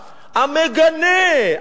המגנה,